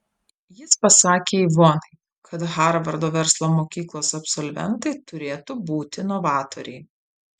jis pasakė ivonai kad harvardo verslo mokyklos absolventai turėtų būti novatoriai